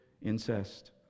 incest